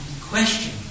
question